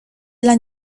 dla